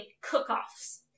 cook-offs